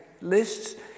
lists